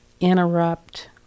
interrupt